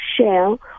shell